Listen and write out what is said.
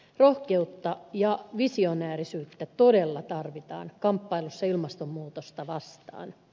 rohkeutta ja visionäärisyyttä todella tarvitaan kamppailussa ilmastonmuutosta vastaan